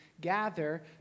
gather